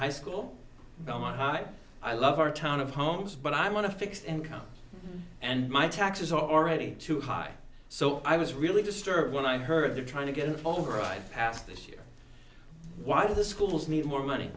high school all my high i love our town of homes but i want to fix income and my taxes are already too high so i was really disturbed when i heard they're trying to get an override passed this year why do the schools need more money